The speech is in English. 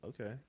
okay